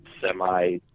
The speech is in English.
semi